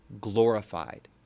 glorified